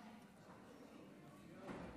קצבת נכות לעולים),